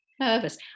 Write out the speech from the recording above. nervous